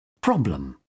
Problem